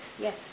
yes